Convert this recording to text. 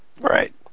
Right